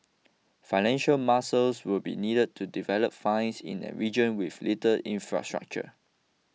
financial muscles will be needed to develop finds in a region with little infrastructure